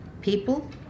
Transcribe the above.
People